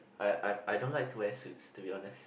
I I I don't like to wear suits to be honest